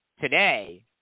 today